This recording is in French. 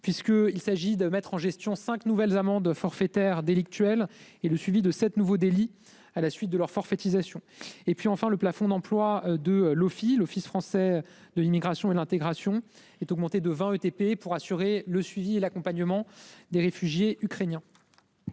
puisque il s'agit de mettre en gestion 5 nouvelles amendes forfaitaires délictuelles et le suivi de cette nouveau délit à la suite de leur forfaitisation et puis enfin le plafond d'emplois de l'office, l'Office français de l'immigration et l'intégration est augmenté de 20 ETP pour assurer le suivi et l'accompagnement des réfugiés ukrainiens.--